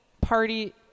party